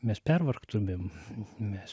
mes pervargtumėm mes